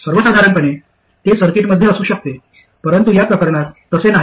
सर्वसाधारणपणे ते सर्किटमध्ये असू शकते परंतु या प्रकरणात तसे नाही